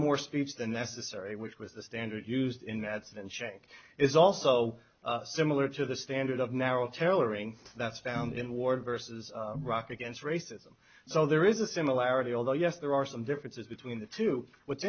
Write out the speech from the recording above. more speech the necessary which was the standard used in ads and shank is also similar to the standard of narrow teller and that's found in war vs rock against racism so there is a similarity although yes there are some differences between the two what's